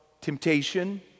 temptation